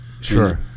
Sure